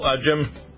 Jim